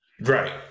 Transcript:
Right